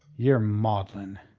ye're maudlin,